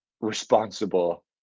responsible